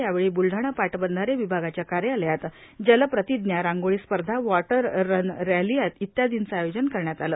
यावेळी बुलढाणा पाटबंधारे विभागाच्या कार्यालयात जलप्रतिज्ञा रांगोळी स्पर्धा वॉटर रन रॅली इत्यार्दीचं आयोजन करण्यात आलं